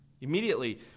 Immediately